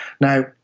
Now